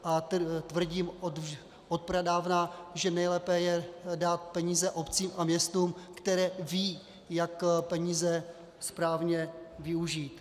A tvrdím odpradávna, že nejlépe je dát peníze obcím a městům, které vědí, jak peníze správně využít.